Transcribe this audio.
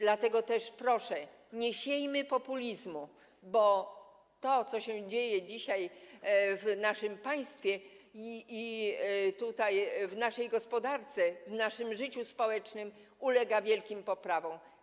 Dlatego też proszę, nie siejmy populizmu, bo to, co się dzieje dzisiaj w naszym państwie, w naszej gospodarce i w naszym życiu społecznym, ulega wielkim poprawom.